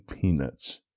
peanuts